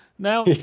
Now